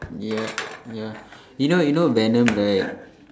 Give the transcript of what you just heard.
ya ya you know you know venom right